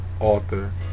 author